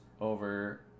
over